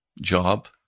job